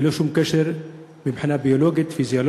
ללא שום קשר לבחינה הביולוגית-פיזיולוגית,